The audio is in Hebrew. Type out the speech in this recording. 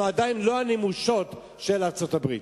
אנחנו עדיין לא הנמושות של ארצות-הברית.